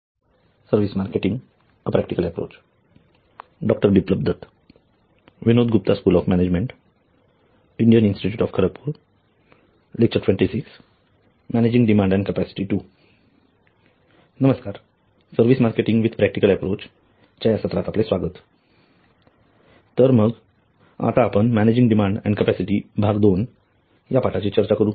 नमस्कार service marketing with practical approach च्या या सत्रात आपले स्वागत तर मग आता आपण मॅनेजिंग डिमांड अँड कॅपॅसिटी भाग दोन या पाठाची चर्चा करू